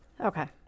okay